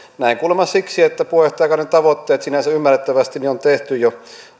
näin kuulemma siksi että puheenjohtajakauden tavoitteet sinänsä ymmärrettävästi on tehty jo